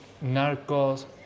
Narcos